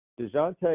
DeJounte